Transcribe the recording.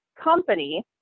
company